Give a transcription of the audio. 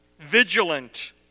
vigilant